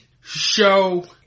show